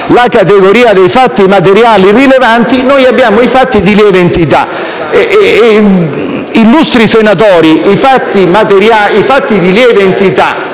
la categoria dei fatti materiali rilevanti, abbiamo i fatti di lieve entità. Illustri senatori, i fatti di lieve entità